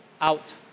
out